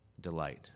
Delight